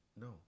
No